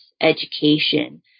education